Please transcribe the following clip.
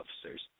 officers